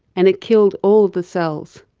and it killed all of the cells.